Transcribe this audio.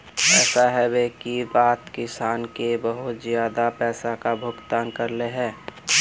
ऐसे होबे के बाद किसान के बहुत ज्यादा पैसा का भुगतान करले है?